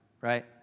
right